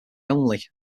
only